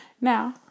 Now